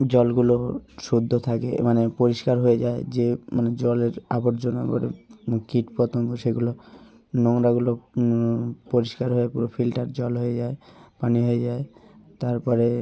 জলগুলো শুদ্ধ থাকে মানে পরিষ্কার হয়ে যায় যে মানে জলের আবর্জনা ঘটে কীট পতঙ্গ সেগুলো নোংরাগুলো পরিষ্কার হয়ে পুরো ফিলটার জল হয়ে যায় পানি হয়ে যায় তারপরে